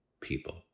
people